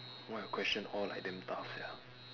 why the question all like damn tough sia